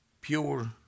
pure